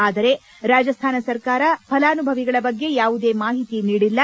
ಆದರೆ ರಾಜಸ್ತಾನ ಸರ್ಕಾರ ಫಲಾನುಭವಿಗಳ ಬಗ್ಗೆ ಯಾವುದೇ ಮಾಹಿತಿ ನೀಡಿಲ್ಲ